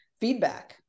feedback